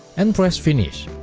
and press finish